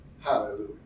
Hallelujah